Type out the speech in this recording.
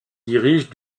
dirige